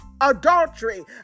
adultery